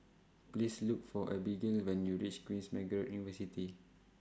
Please Look For Abigail when YOU REACH Queen's Margaret University